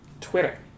Twitter